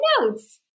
notes